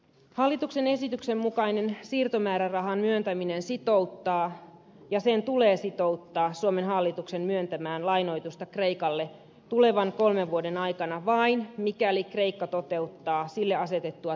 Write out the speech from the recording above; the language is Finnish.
hallituksen esityksen mukainen siirtomäärärahan myöntäminen sitouttaa ja sen tulee sitouttaa suomen hallitus myöntämään lainoitusta kreikalle tulevan kolmen vuoden aikana vain mikäli kreikka toteuttaa sille asetettua talousohjelmaa